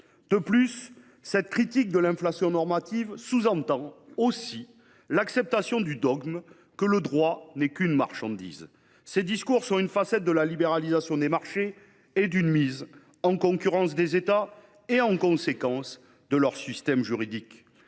De plus, cette critique de l’inflation normative sous entend aussi l’acceptation du dogme selon lequel le droit n’est qu’une marchandise. Ces discours sont une facette de la libéralisation des marchés et d’une mise en concurrence des États et, en conséquence, de leurs systèmes juridiques.